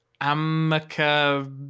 Amica